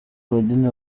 claudine